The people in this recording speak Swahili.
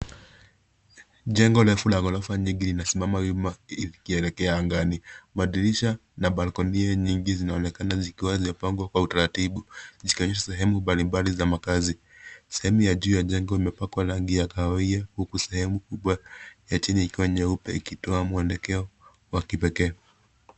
Jengo ndefu la gorofa nyingi linasimama wima likielekea angani. Madirisha na balconia nyingi zinaonekana zikiwa zimepangwa kwa utaratibu kushikanisha sehemu mbalimbali za makazi. Sehemu ya juu ya jengo imepakwa rangi ya kahawia huku sehemu kubwa ya chini ikiwa nyeupe ikitoa mwelekeo wa kipekee.